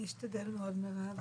אני אשתדל מאוד, מירב.